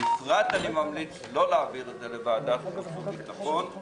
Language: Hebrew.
בפרט אני ממליץ לא להעביר את זה לוועדת החוץ והביטחון,